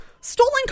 stolen